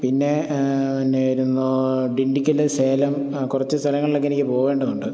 പിന്നെ എന്നായിരുന്നു ഡിണ്ടിക്കല് സേലം കുറച്ച് സ്ഥലങ്ങളിലൊക്കെ എനിക്ക് പോകേണ്ടതുണ്ട്